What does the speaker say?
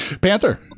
Panther